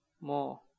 more